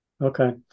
Okay